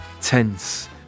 tense